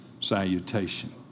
salutation